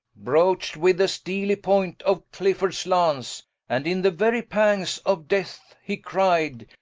broach'd with the steely point of cliffords launce and in the very pangs of death, he cryde,